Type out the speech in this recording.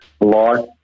life